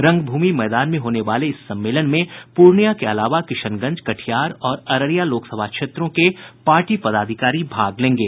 रंगभूमि मैदान में होने वाले इस सम्मेलन में पूर्णिया के अलावा किशनगंज कटिहार और अररिया लोकसभा क्षेत्रों के पार्टी पदाधिकारी भाग लेंगे